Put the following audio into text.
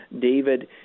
David